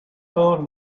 todos